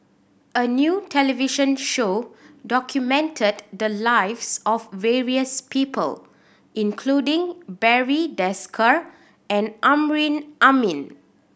a new television show documented the lives of various people including Barry Desker and Amrin Amin